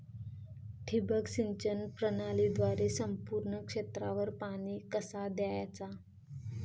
ठिबक सिंचन प्रणालीद्वारे संपूर्ण क्षेत्रावर पाणी कसा दयाचा?